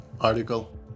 article